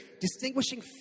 distinguishing